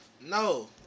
No